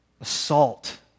assault